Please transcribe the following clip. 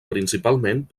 principalment